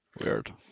Weird